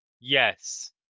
Yes